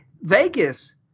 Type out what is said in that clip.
Vegas